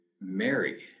Mary